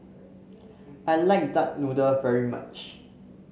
I like Duck Noodle very much